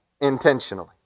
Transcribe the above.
intentionally